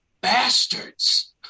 bastards